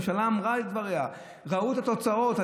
הממשלה אמרה את דבריה וראו את התוצאות.